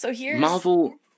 Marvel